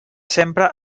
sempre